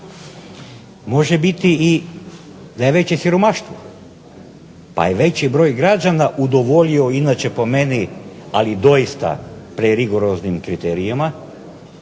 Može biti i da je veće siromaštvo pa je veći broj građana udovoljio inače po meni, ali doista prerigoroznim kriterijima,